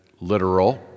literal